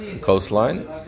coastline